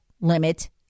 limit